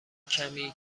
کمی